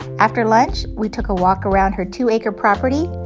after lunch, we took a walk around her two-acre property.